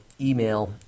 email